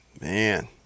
Man